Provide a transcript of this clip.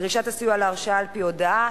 (דרישת הסיוע להרשעה על-פי הודאה),